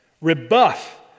Rebuff